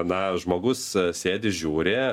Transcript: na žmogus sėdi žiūri